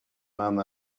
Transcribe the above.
man